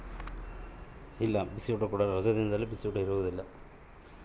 ರಜಾ ದಿನದಲ್ಲಿಯೂ ಮಕ್ಕಳು ಉಪವಾಸ ಇರಬಾರ್ದು ಅಂತ ಮದ್ಯಾಹ್ನ ಬಿಸಿಯೂಟ ನಿಡ್ತಾರ